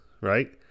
right